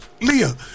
Leah